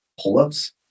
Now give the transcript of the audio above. pull-ups